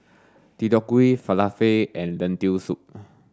Deodeok Gui Falafel and Lentil soup